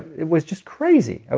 it was just crazy. ah